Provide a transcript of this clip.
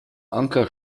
anker